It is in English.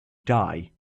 die